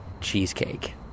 cheesecake